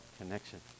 connection